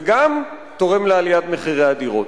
וגם תורם לעליית מחירי הדירות.